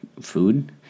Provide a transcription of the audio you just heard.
food